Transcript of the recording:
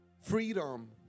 Freedom